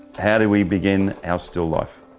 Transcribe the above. how do we begin our still life?